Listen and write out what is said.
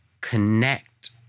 connect